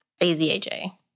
A-Z-A-J